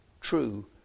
true